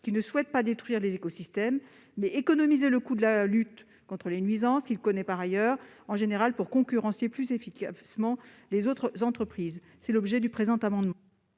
qui ne souhaite pas détruire les écosystèmes, mais économiser le coût de la lutte contre les nuisances, qu'il connaît par ailleurs, en général pour concurrencer plus efficacement les autres entreprises. Tel est l'objet du présent amendement.